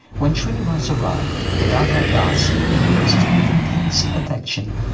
when shrinivas arrived, gadadhar das embraced him with intense affection.